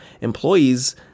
employees